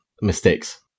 mistakes